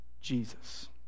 Jesus